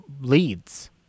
leads